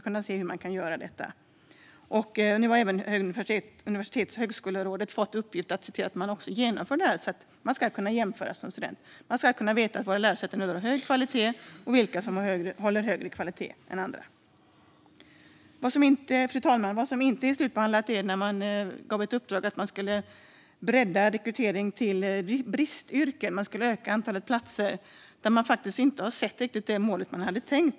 Nu har även Universitets och högskolerådet fått i uppgift att se till att man genomför det så att studenter ska kunna jämföra. De ska kunna veta att våra lärosäten håller hög kvalitet och vilka som håller högre kvalitet än andra. Fru talman! Vad som inte är slutbehandlat är det uppdrag som gavs att man skulle bredda rekrytering till bristyrken. Man skulle öka antalet platser. Där har man inte riktigt sett det mål som var tänkt.